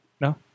No